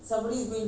oh